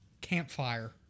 campfire